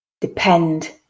Depend